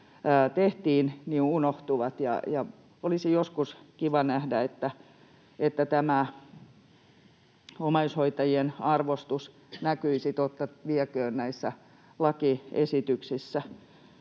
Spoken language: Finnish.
tehtiin, unohtuvat. Olisi joskus kiva nähdä, että tämä omaishoitajien arvostus näkyisi totta vieköön näissä lakiesityksissä,